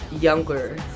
younger